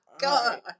God